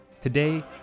Today